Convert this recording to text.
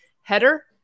header